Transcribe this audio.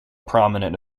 prominent